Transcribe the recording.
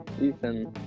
Ethan